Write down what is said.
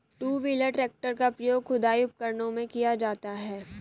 to wheeler tractor का प्रयोग खुदाई उपकरणों में किया जाता हैं